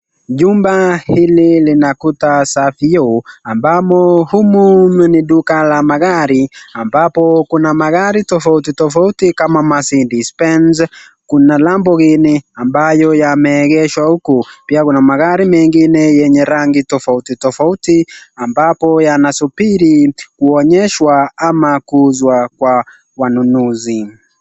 Chumba hili Lina Kuta za vioo, ambamo humu ni duka la magari ambapo Kuna magari tofauti tofauti kama Mercedes Benz kuna lamborghini ambayo yameegeshwa huku, pia Kuna magari mengine yenye rangi tofauti tofauti ambapo Yanasubiri kuonyesha ama kuuzwa kwa wanunuzi.